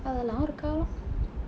அதெல்லாம் ஒரு காலம்:athellaam oru kaalam